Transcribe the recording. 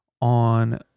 on